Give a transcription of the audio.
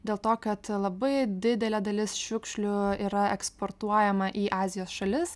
dėl to kad labai didelė dalis šiukšlių yra eksportuojama į azijos šalis